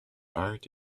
art